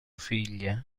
figlie